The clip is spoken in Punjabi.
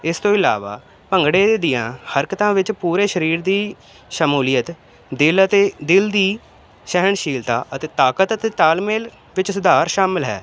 ਇਸ ਤੋਂ ਇਲਾਵਾ ਭੰਗੜੇ ਦੀਆਂ ਹਰਕਤਾਂ ਵਿੱਚ ਪੂਰੇ ਸਰੀਰ ਦੀ ਸ਼ਮੂਲੀਅਤ ਦਿਲ ਅਤੇ ਦਿਲ ਦੀ ਸਹਿਣਸ਼ੀਲਤਾ ਅਤੇ ਤਾਕਤ ਅਤੇ ਤਾਲਮੇਲ ਵਿੱਚ ਸੁਧਾਰ ਸ਼ਾਮਿਲ ਹੈ